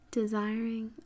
desiring